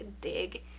dig